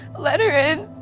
let her in.